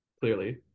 clearly